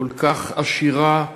כל כך עשירה בחוכמה,